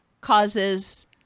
causes